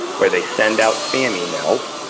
where they send out spam emails,